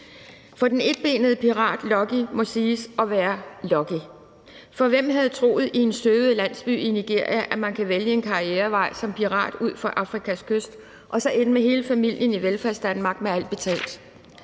For den etbenede pirat Lucky må siges at være lucky, for hvem havde troet, at man i en støvet landsby i Nigeria kan vælge en karrierevej som pirat ud for Afrikas kyst og så ende med hele familien i Velfærdsdanmark med alt betalt?